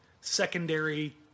secondary